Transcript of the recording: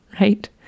right